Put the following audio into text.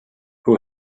who